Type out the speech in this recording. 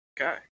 Okay